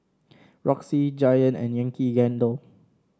Roxy Giant and Yankee Candle